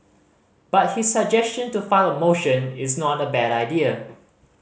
but his suggestion to file a motion is not a bad idea